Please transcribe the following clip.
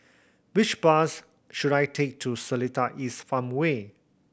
which bus should I take to Seletar East Farmway